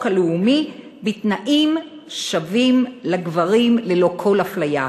הלאומי בתנאים שווים לגברים ללא כל אפליה,